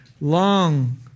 long